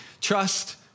trust